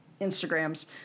Instagrams